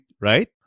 Right